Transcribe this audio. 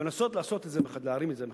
ולנסות להרים את זה מחדש.